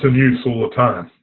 and use all the time.